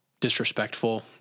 disrespectful